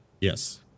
Yes